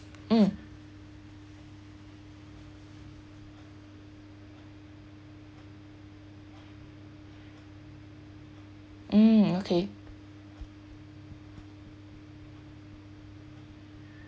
mm mm okay